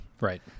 Right